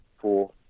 four